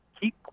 Keep